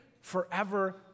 forever